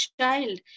child